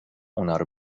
اونارو